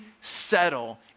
settle